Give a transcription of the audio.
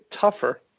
tougher